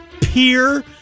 peer